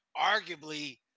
arguably